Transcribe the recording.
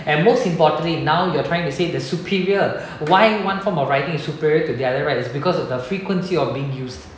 and most importantly now you're trying to say the superior why one form of writing is superior to other right is because of the frequency of being used